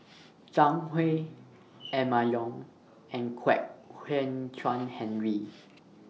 Zhang Hui Emma Yong and Kwek Hian Chuan Henry